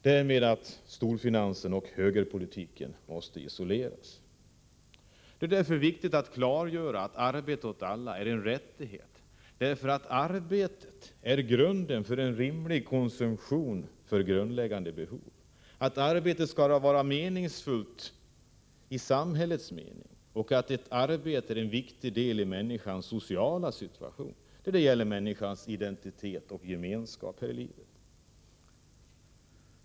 Därmed måste storfinansen och högerpolitiken isoleras. Därför är det viktigt att klargöra att arbete åt alla är en rättighet, för arbetet är grunden för en rimlig konsumtion för grundläggande behov. Arbetet skall vara meningsfullt i samhällets mening, för arbetet är en viktig del av människans sociala situation i fråga om identitet och gemenskapi livet.